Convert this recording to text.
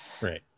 Right